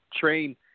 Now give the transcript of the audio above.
train